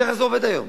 ככה זה עובד היום.